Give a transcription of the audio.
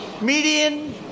Median